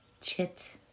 chit